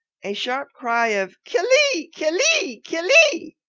a sharp cry of kill-ee, kill-ee, kill-ee!